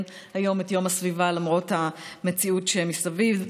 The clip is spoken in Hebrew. היום את יום הסביבה למרות המציאות שמסביב.